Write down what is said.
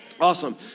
Awesome